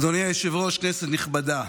אדוני היושב-ראש, כנסת נכבדה,